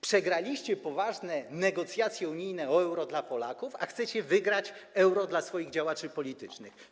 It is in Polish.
Przegraliście poważne negocjacje unijne o euro dla Polaków, a chcecie wygrać euro dla swoich działaczy politycznych.